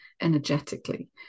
energetically